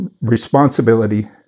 responsibility